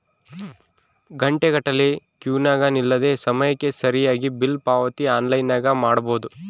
ಘಂಟೆಗಟ್ಟಲೆ ಕ್ಯೂನಗ ನಿಲ್ಲದೆ ಸಮಯಕ್ಕೆ ಸರಿಗಿ ಬಿಲ್ ಪಾವತಿ ಆನ್ಲೈನ್ನಾಗ ಮಾಡಬೊದು